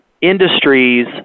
industries